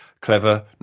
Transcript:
clever